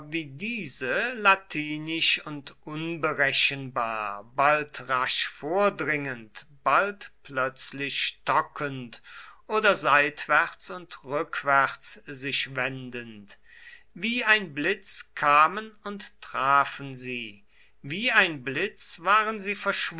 wie diese latinisch und unberechenbar bald rasch vordringend bald plötzlich stockend oder seitwärts und rückwärts sich wendend wie ein blitz kamen und trafen sie wie ein blitz waren sie